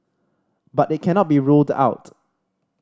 but it cannot be ruled out